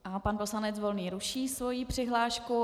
Aha, pan poslanec Volný ruší svou přihlášku.